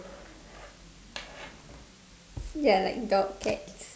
ya like dog cats